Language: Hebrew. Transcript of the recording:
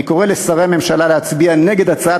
אני קורא לשרי הממשלה להצביע נגד הצעת